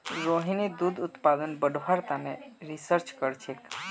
रोहिणी दूध उत्पादन बढ़व्वार तने रिसर्च करछेक